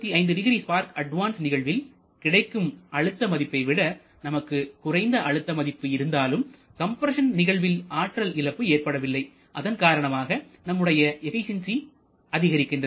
350 spark advance நிகழ்வில் கிடைக்கும் அழுத்த மதிப்பை விட நமக்கு குறைந்த அழுத்த மதிப்பு இருந்தாலும் கம்ப்ரஸன் நிகழ்வில் ஆற்றல் இழப்பு ஏற்படவில்லை அதன் காரணமாக நம்முடைய எபிசியன்சி அதிகரிக்கின்றது